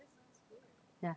ya